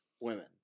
women